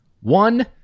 One